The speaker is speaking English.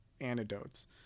antidotes